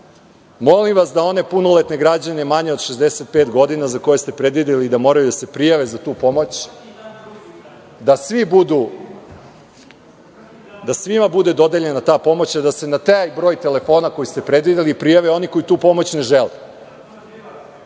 Molim vas da one punoletne građane, mlađe od 65 godina, za koje ste predvideli da moraju da se prijave za tu pomoć, da svima bude dodeljena ta pomoć, a da se na taj broj telefona, koji ste predvideli, prijave oni koji tu pomoć ne žele.